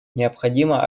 необходимо